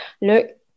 look